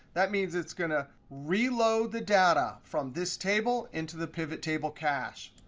that means it's going to reload the data from this table into the pivottable cache.